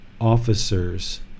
officers